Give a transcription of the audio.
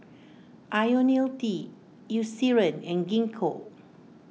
Ionil T Eucerin and Gingko